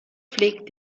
pflegt